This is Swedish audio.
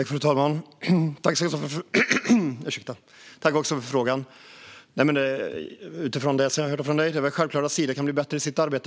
Fru talman! Jag tackar för frågan. Utifrån det jag hör från Ludvig Aspling är det självklart att Sida kan bli bättre i sitt arbete.